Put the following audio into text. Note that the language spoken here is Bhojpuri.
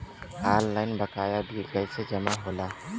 ऑनलाइन बकाया बिल कैसे जमा होला?